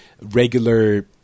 regular